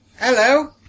Hello